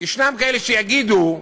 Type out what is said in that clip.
יש כאלה שיגידו: